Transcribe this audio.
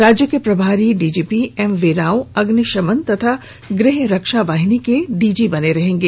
राज्य के प्रभारी डीजीपी एमवी राव अग्निशमन एवं गृह रक्षा वाहिनी के डीजी बने रहेंगे